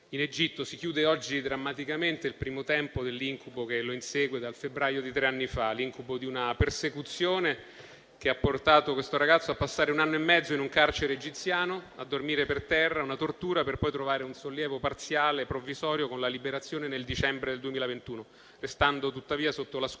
in Egitto. Si chiude oggi drammaticamente il primo tempo dell'incubo che lo insegue dal febbraio di tre anni fa, l'incubo di una persecuzione che ha portato questo ragazzo a passare un anno e mezzo in un carcere egiziano e a dormire per terra: una tortura, per poi trovare un sollievo parziale e provvisorio con la liberazione nel dicembre del 2021, restando tuttavia sotto la scure